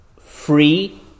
free